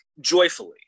joyfully